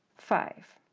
five,